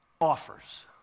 offers